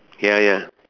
ya ya